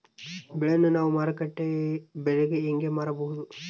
ಬೆಳೆಯನ್ನ ನಾವು ಮಾರುಕಟ್ಟೆ ಬೆಲೆಗೆ ಹೆಂಗೆ ಮಾರಬಹುದು?